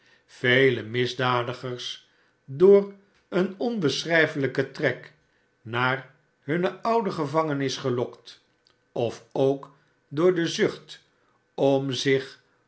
vele misdadigers door een onbeschrijfelijken trek naar hunne oude gevangenis gelokt of k door de zucht om zich